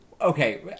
Okay